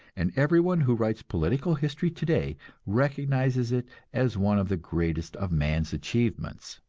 and everyone who writes political history today recognizes it as one of the greatest of man's achievements,